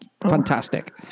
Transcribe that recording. Fantastic